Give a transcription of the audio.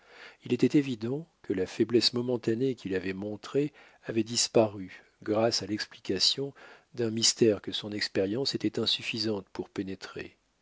il était évident que la faiblesse momentanée qu'il avait montrée avait disparu grâce à l'explication d'un mystère que son expérience était insuffisante pour pénétrer